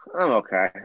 okay